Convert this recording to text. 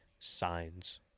signs